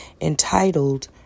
entitled